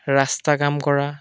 ৰাস্তাৰ কাম কৰা